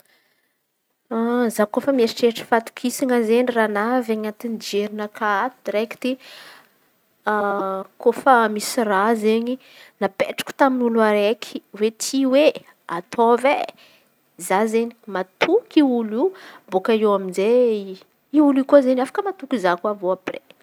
Za kôfa mieritreritry fahatokisan̈a izen̈y raha navy anaty jerinakà ato direkty. Kôfa misy raha izen̈y napetrako tamy olo araiky hoe ty oe ataovy e za izen̈y matoky io olo io bôaka eo amizay io olo io koa izen̈y afakay matoky za ko aviô apre.